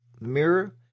mirror